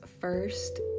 first